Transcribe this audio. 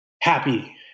happy